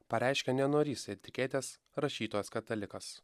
pareiškia nenorįs etiketės rašytojas katalikas